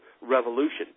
Revolution